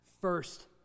first